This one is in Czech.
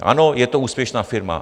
Ano, je to úspěšná firma.